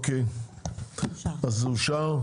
אוקי זה אושר.